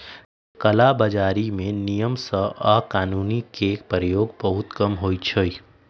कला बजारी में नियम सभ आऽ कानून के प्रयोग बहुते कम होइ छइ